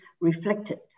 reflected